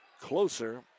Closer